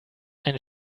ein